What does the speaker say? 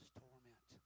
torment